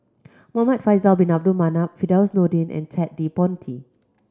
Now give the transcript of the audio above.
Muhamad Faisal Bin Abdul Manap Firdaus Nordin and Ted De Ponti